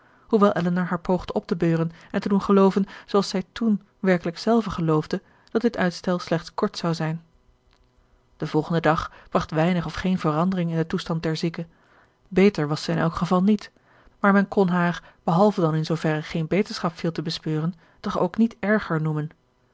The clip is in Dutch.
hoewel elinor haar poogde op te beuren en te doen gelooven zooals zij toen werkelijk zelve geloofde dat dit uitstel slechts kort zou zijn de volgende dag bracht weinig of geen verandering in den toestand der zieke beter was zij in elk geval niet maar men kon haar behalve dan in zooverre geen beterschap viel te bespeuren toch ook niet erger noemen